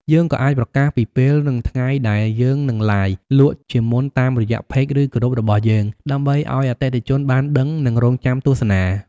យើងក៏អាចប្រកាសពីពេល និងថ្ងៃដែលយើងនឹង Live លក់ជាមុនតាមរយៈ Page ឬ Group របស់យើង ដើម្បីឲ្យអតិថិជនបានដឹង និងរង់ចាំទស្សនា។